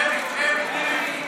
שמית.